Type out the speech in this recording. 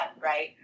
right